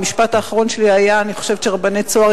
המשפט האחרון שלי הוא שאני חושבת שרבני "צהר",